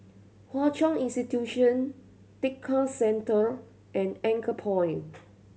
Hwa Chong Institution Tekka Centre and Anchorpoint